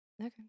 Okay